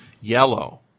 yellow